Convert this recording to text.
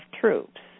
troops